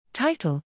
Title